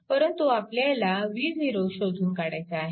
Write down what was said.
परंतु आपल्याला v0 शोधून काढायचा आहे